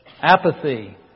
Apathy